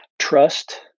Trust